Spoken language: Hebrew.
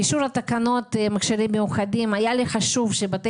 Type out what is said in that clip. באישור תקנות בריאות העם (מכשירים רפואיים מיוחדים) היה לי חשוב שבתי